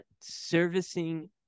servicing